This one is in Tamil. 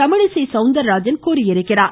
தமிழிசை சௌந்தராஜன் தெரிவித்துள்ளார்